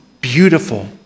beautiful